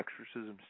exorcisms